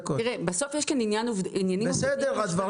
בסוף יש כאן עניינים עובדתיים חשובים -- גברתי,